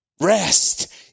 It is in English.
Rest